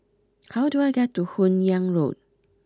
how do I get to Hun Yeang Road